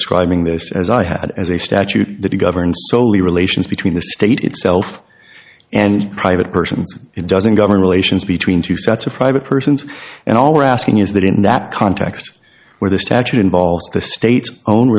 describing this as i had as a statute that governs solely relations between the state itself and private persons it doesn't govern relations between two sets of private persons and all we're asking is that in that context where the statute involves the state's own